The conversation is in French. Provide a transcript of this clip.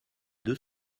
deux